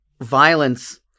violence